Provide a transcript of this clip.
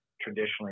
traditionally